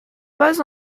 pas